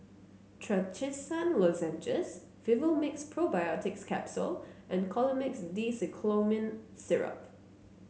Trachisan Lozenges Vivomixx Probiotics Capsule and Colimix Dicyclomine Syrup